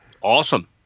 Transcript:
awesome